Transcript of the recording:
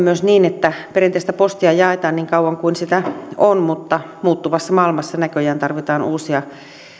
myös niin että perinteistä postia jaetaan niin kauan kuin sitä on mutta muuttuvassa maailmassa näköjään tarvitaan uusia